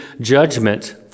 judgment